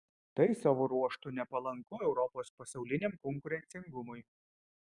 tai savo ruožtu nepalanku europos pasauliniam konkurencingumui